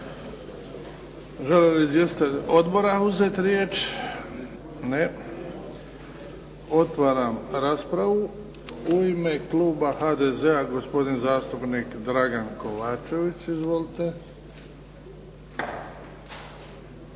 Želi li izvjestitelj uzeti riječ? Ne. Otvaram raspravu. U ime kluba HDZ-a, gospodin zastupnik Dragan Kovačević. Izvolite.